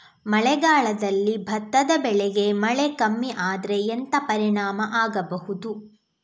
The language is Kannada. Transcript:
ಮಳೆಗಾಲದಲ್ಲಿ ಭತ್ತದ ಬೆಳೆಗೆ ಮಳೆ ಕಮ್ಮಿ ಆದ್ರೆ ಎಂತ ಪರಿಣಾಮ ಆಗಬಹುದು?